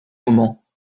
moments